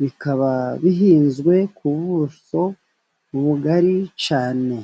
bikaba bihinzwe ku buso bugari cyane.